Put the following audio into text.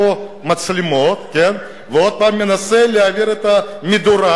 מצלמות ועוד פעם מנסה להבעיר את המדורה.